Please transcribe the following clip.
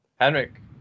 Henrik